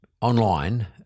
online